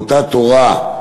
מאותה תורה,